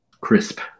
crisp